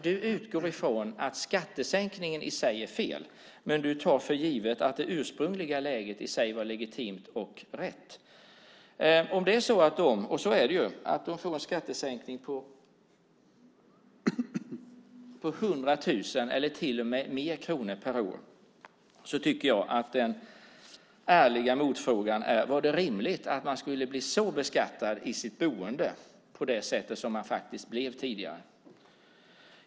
Du utgår från att skattesänkningen i sig är fel, men du tar för givet att det ursprungliga läget i sig var legitimt och rätt. Om vissa - och så är det ju - får en skattesänkning på 100 000 kronor eller till och med mer per år tycker jag att den ärliga motfrågan är: Var det rimligt att man skulle bli så beskattad i sitt boende som man faktiskt blev tidigare?